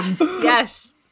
Yes